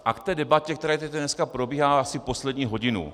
A k té debatě, která tady dneska probíhá asi poslední hodinu.